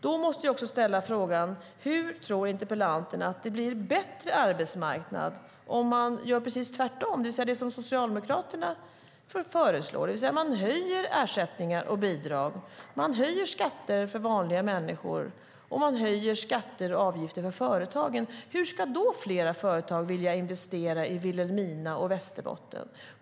Då måste jag ställa frågan: Hur tror interpellanten att det blir en bättre arbetsmarknad om man gör precis tvärtom, som Socialdemokraterna föreslår, det vill säga höjer ersättningar och bidrag, höjer skatter för vanliga människor och höjer skatter och avgifter för företagen? Hur ska då fler företag vilja investera i Vilhelmina och i Västerbotten?